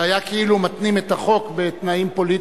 זה היה כאילו מתנים את החוק בתנאים פוליטיים.